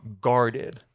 guarded